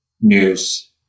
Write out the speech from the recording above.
news